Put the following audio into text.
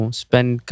spend